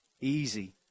Easy